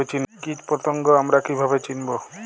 কীটপতঙ্গ আমরা কীভাবে চিনব?